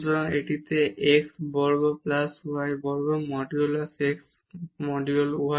সুতরাং এখানে এটি x বর্গ প্লাস y বর্গ modulus x plus modulus y